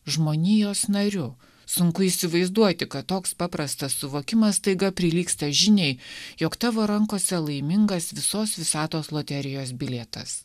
žmonijos nariu sunku įsivaizduoti kad toks paprastas suvokimas staiga prilygsta žiniai jog tavo rankose laimingas visos visatos loterijos bilietas